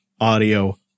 audio